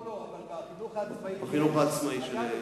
בפטור לא, אבל בחינוך העצמאי כן.